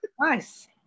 Nice